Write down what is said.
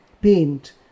paint